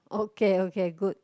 okay okay good